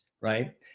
right